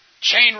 chain